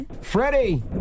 Freddie